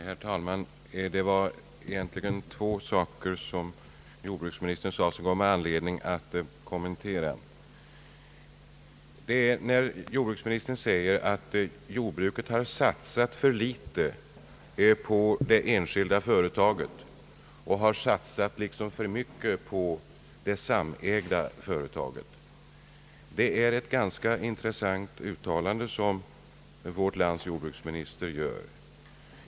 Herr talman! Det var egentligen två saker som jordbruksministern sade, vilka gav mig anledning till kommentarer. Jordbruksministern anser, att jordbruket har satsat för litet på det enskilda företaget och för mycket på det samägda företaget. Detta är ett ganska intressant uttalande från vårt lands jordbruksminister.